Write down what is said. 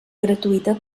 gratuïta